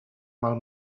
mal